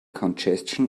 congestion